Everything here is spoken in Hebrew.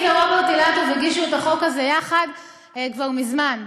היא ורוברט אילטוב הגישו את החוק הזה יחד כבר מזמן,